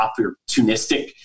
opportunistic